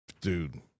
Dude